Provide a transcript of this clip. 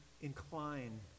incline